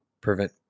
prevent